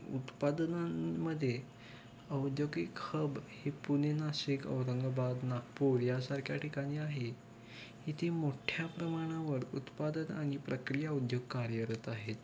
उत्पादनांमध्ये औद्योगिक हब हे पुणे नाशिक औरंगाबाद नागपुर यासारख्या ठिकाणी आहे इथे मोठ्या प्रमाणावर उत्पादन आणि प्रक्रिया उद्योग कार्यरत आहेत